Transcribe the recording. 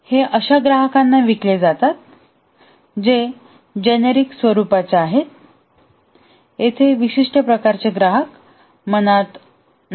हे अशा ग्राहकांना विकले जाते जे जेनेरिक स्वरूपाचे आहेत आणि विशिष्ट प्रकारचा ग्राहक मनात नाही